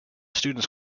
students